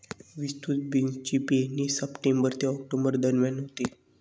विस्तृत बीन्सची पेरणी सप्टेंबर ते ऑक्टोबर दरम्यान होते